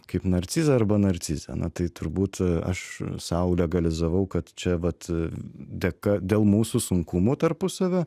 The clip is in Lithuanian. kaip narcizą arba narcizę na tai turbūt aš sau legalizavau kad čia vat dėka dėl mūsų sunkumų tarpusavio